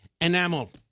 enamel